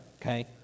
Okay